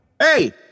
Hey